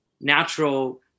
natural